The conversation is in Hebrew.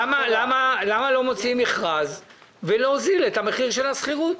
למה לא מוציאים מכרז ומוזילים את מחיר השכירות?